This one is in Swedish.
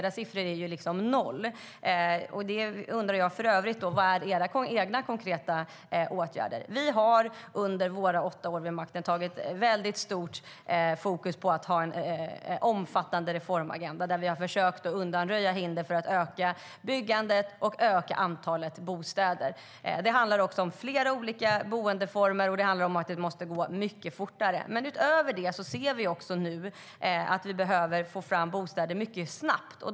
Era siffror är ju noll, Roger Hedlund. Vilka konkreta förslag till åtgärder har Sverigedemokraterna? Vi har under våra åtta år vid makten haft stort fokus på en omfattande reformagenda där vi försökt undanröja hinder för att öka byggandet och öka antalet bostäder. Det handlar om att ha flera olika boendeformer, och byggandet måste gå mycket fortare. Vi behöver snabbt få fram bostäder.